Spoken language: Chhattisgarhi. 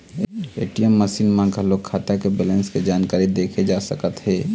ए.टी.एम मसीन म घलोक खाता के बेलेंस के जानकारी देखे जा सकत हे